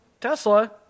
Tesla